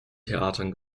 theatern